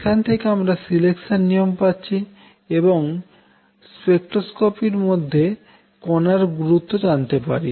এখান থেকে আমরা সিলেকশান নিয়ম পাচ্ছি এবং স্পেকট্রোস্কোপির মধ্যে কোনার গুরুত্ব জানতে পারি